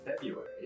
February